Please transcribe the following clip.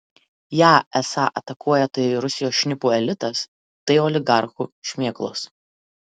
ją esą atakuoja tai rusijos šnipų elitas tai oligarchų šmėklos